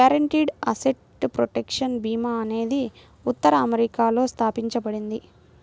guaranteed asset protection భీమా అనేది ఉత్తర అమెరికాలో స్థాపించబడింది